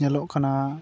ᱧᱮᱞᱚᱜ ᱠᱟᱱᱟ